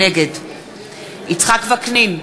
נגד יצחק וקנין,